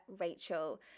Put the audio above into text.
Rachel